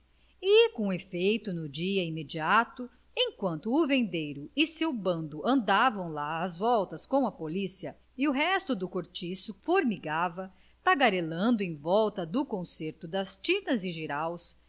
com efeito no dia imediato enquanto o vendeiro e seu bando andavam lá às voltas com a polícia e o resto do cortiço formigava tagarelando em volta do conserto das tinas e jiraus